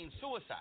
suicide